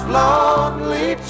lonely